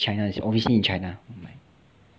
ya it's obviously in china